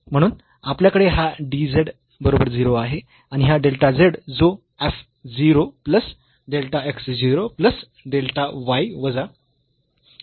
म्हणून आपल्याकडे हा dz बरोबर 0 आहे आणि हा डेल्टा z जो f 0 plus delta x 0 plus delta y वजा हा f 0 0 आहे